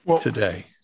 today